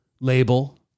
label